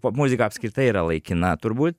popmuzika apskritai yra laikina turbūt